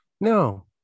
no